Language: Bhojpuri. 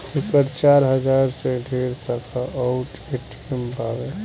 एकर चार हजार से ढेरे शाखा अउर ए.टी.एम बावे